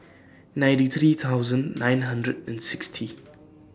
ninety three thousand nine hundred and sixty